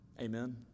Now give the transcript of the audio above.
Amen